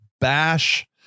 bash